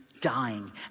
dying